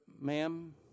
ma'am